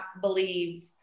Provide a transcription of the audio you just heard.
believe